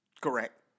Correct